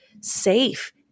safe